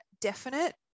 definite